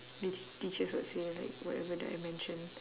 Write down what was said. the teachers would say like whatever that I mentioned